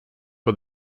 for